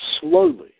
Slowly